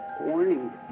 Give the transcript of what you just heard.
warning